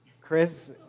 Chris